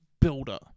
builder